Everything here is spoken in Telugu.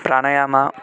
ప్రాణాయామ